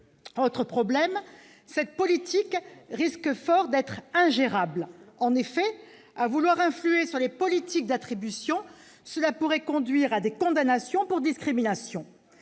Autre problème, cette politique risque fort d'être ingérable. En effet, vouloir influer sur les politiques d'attribution pourrait conduire à des condamnations pour discrimination.